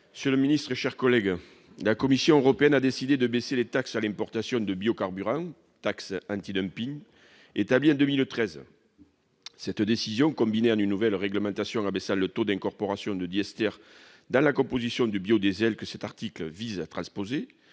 l'amendement n° 76 rectifié . La Commission européenne a décidé de baisser les taxes à l'importation de biocarburants, taxes antidumping, établies en 2013. Cette décision combinée en une nouvelle réglementation en baissant le taux d'incorporation de diester dans la composition du biodiesel que cet article vise à transposer